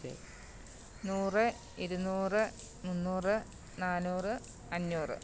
നൂറ് ഇരുന്നൂറ് മുന്നൂറ് നാന്നൂറ് അഞ്ഞൂറ്